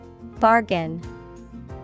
Bargain